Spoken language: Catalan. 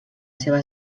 seva